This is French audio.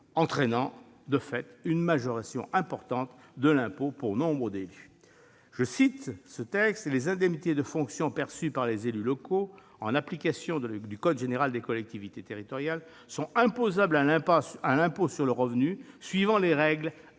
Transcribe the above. entraînant de fait une majoration importante de l'impôt pour nombre d'élus :« Les indemnités de fonction perçues par les élus locaux en application du code général des collectivités territoriales sont imposables à l'impôt sur le revenu suivant les règles